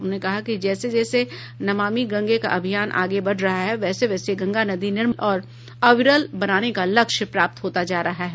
उन्होंने कहा कि जैसे जैसे नमामि गंगे का अभियान आगे बढ़ रहा है वैसे वैसे गंगा नदी निर्मल और अविरल बनाने का लक्ष्य प्राप्त होता जा रहा है